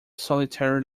solitary